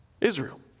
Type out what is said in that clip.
Israel